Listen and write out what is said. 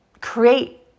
create